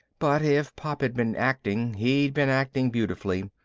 but if pop had been acting he'd been acting beautifully,